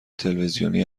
تلویزیونی